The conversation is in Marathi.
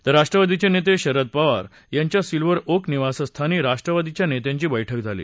तर राष्ट्रवादीचे नेते शरद पवार यांच्या सिल्व्हर ओक निवासस्थानी राष्ट्रवादीच्या नेत्यांची बस्क्र झाली